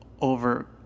over